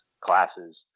classes